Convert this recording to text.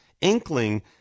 inkling